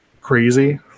crazy